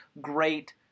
great